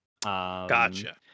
gotcha